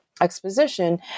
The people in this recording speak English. Exposition